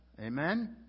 Amen